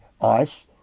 ice